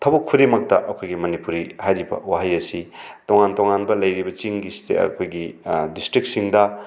ꯊꯕꯛ ꯈꯨꯗꯤꯡꯃꯛꯇ ꯑꯩꯈꯣꯏꯒꯤ ꯃꯅꯤꯄꯨꯔꯤ ꯍꯥꯏꯔꯤꯕ ꯋꯥꯍꯩ ꯑꯁꯤ ꯇꯣꯉꯥꯟ ꯇꯣꯉꯥꯟꯕ ꯂꯩꯔꯤꯕ ꯆꯤꯡꯒꯤ ꯑꯩꯈꯣꯏꯒꯤ ꯗꯤꯁꯇ꯭ꯔꯤꯛꯁꯤꯡꯗ